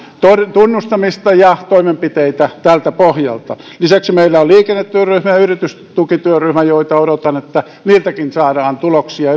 tunnustamista ja toimenpiteitä tältä pohjalta lisäksi meillä on liikennetyöryhmä ja yritystukityöryhmä ja odotan että niiltäkin saadaan tuloksia